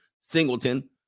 Singleton